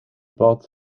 bad